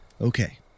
okay